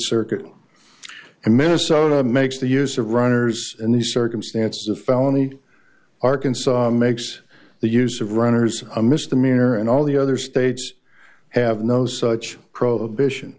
circuit and minnesota makes the use of runners in these circumstances of felony arkansas makes the use of runners a misdemeanor and all the other states have no such prohibition